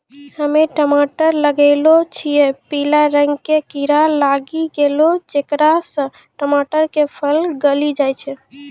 हम्मे टमाटर लगैलो छियै पीला रंग के कीड़ा लागी गैलै जेकरा से टमाटर के फल गली जाय छै?